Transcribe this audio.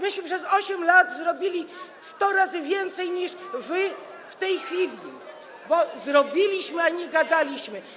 Myśmy przez 8 lat zrobili 100 razy więcej niż wy w tej chwili, bo robiliśmy, a nie gadaliśmy.